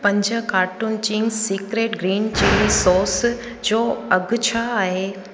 पंज carton Ching's secret green chilli sauce जो अघु छा आहे